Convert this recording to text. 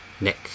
Nick